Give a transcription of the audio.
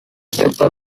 super